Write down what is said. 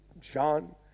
John